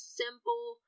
simple